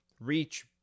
reach